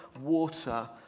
water